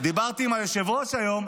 דיברתי עם היושב-ראש היום,